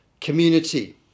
community